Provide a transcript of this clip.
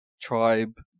tribe